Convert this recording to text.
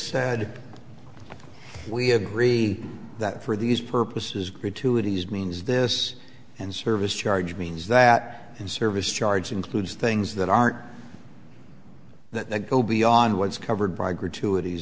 said we agree that for these purposes gratuities means this and service charge means that service charge includes things that aren't that go beyond what is covered by gratuities